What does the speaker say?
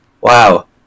Wow